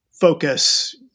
focus